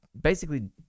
basically-